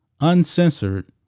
uncensored